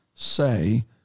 say